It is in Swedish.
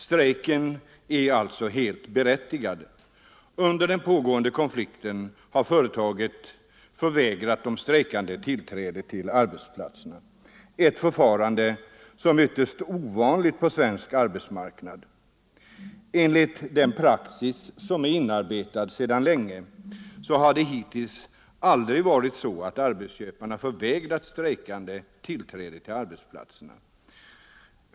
Strejken är alltså helt berättigad. Under den pågående konflikten har företaget vägrat de strejkande tillträde till arbetsplatsen, ett förfarande som är ytterst ovanligt på svensk arbetsmarknad. Enligt den praxis som sedan länge är inarbetad vägrar aldrig arbetsköparna strejkande tillträde till arbetsplatsen.